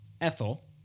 Ethel